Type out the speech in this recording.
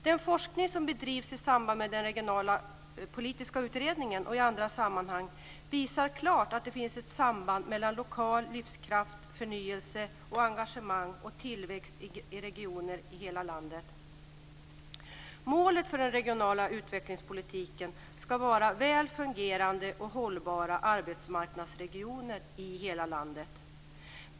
Den forskning som bedrivs i samband med den regionalpolitiska utredningen och i andra sammanhang visar ett klart samband mellan lokal livskraft, förnyelse, engagemang och tillväxt i regioner i hela landet. Målet för den regionala utvecklingspolitiken ska vara väl fungerande och hållbara arbetsmarknadsregioner i hela landet.